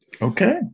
Okay